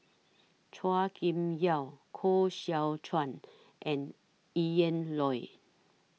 Chua Kim Yeow Koh Seow Chuan and Ian Loy